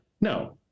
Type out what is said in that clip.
no